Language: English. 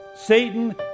Satan